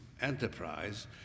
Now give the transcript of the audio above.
enterprise